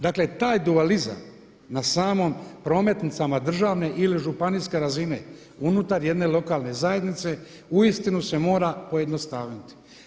Dakle taj dualizam na samim prometnicama državne ili županijske razine unutar jedne lokalne zajednice uistinu se mora pojednostaviti.